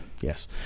Yes